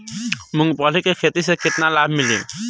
मूँगफली के खेती से केतना लाभ मिली?